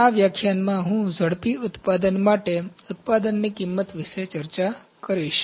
આ વ્યાખ્યાનમાં હું ઝડપી ઉત્પાદન માટે ઉત્પાદનની કિંમત વિશે ચર્ચા કરીશ